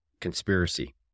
conspiracy